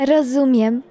Rozumiem